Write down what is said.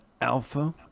alpha